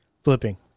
Flipping